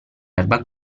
erba